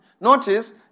Notice